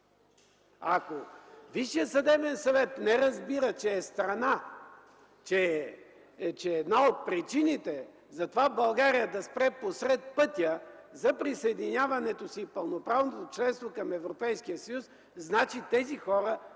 Ако Висшият съдебен съвет не разбира, че е страна, че е една от причините за това България да спре посред пътя за присъединяването си в пълноправно членство към Европейския съюз, значи тези хора в